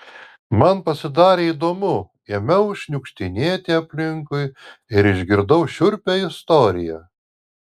man pasidarė įdomu ėmiau šniukštinėti aplinkui ir išgirdau šiurpią istoriją